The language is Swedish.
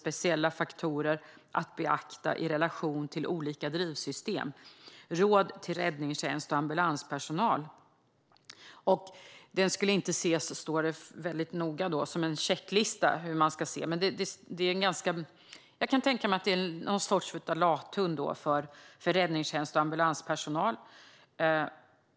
Speciella faktorer att beakta i relation till olika drivsystem - Råd till räddningstjänst och ambulanspersonal 2017 . Den ska inte ses, står det väldigt noga, som en checklista för hur man ska arbeta, men jag kan tänka mig att den är en sorts lathund för räddningstjänst och ambulanspersonal.